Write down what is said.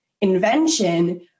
invention